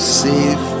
safe